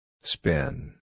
Spin